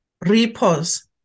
Repose